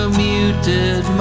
muted